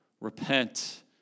repent